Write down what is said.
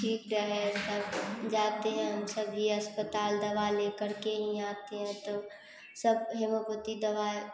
सब ठीक रहे सब जाते हैं हम सभी अस्पताल दवा लेकर के ही आते हैं तो सब हेमोपेथी दबाई